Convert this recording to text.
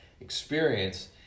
experience